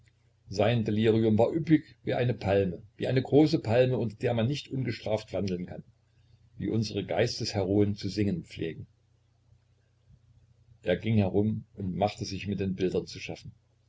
sein delirium war üppig wie eine palme wie eine große palme unter der man nicht ungestraft wandeln kann wie unsere geistesheroen zu singen pflegen er ging herum und machte sich mit den bildern zu schaffen